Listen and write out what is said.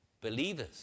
believers